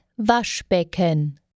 Waschbecken